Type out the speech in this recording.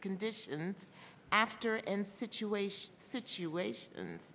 conditions after in situations situations